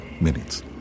minutes